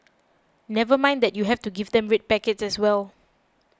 never mind that you have to give them red packets as well